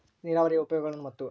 ನೇರಾವರಿಯ ಉಪಯೋಗಗಳನ್ನು ಮತ್ತು?